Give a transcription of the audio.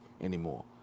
anymore